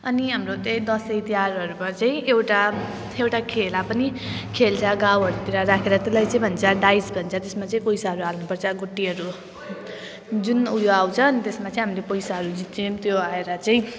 अनि हाम्रो त्यही दसैँतिहारहरूमा चाहिँ एउटा एउटा खेला पनि खेल्छ गाउँहरूतिर राखेर त्यसलाई चाहिँ भन्छ डाइस भन्छ त्यसमा चाहिँ पैसाहरू हाल्नुपर्छ गोटीहरू जुन उयो आउँछ त्यसमा चाहिँ हामीले पैसाहरू जित्छौँ त्यो आएर चाहिँ